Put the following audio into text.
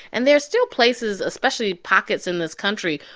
and there are still places, especially pockets in this country,